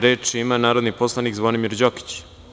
Reč ima narodni poslanik Zvonimir Đokić.